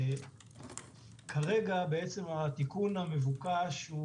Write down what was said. כרגע התיקון המבוקש,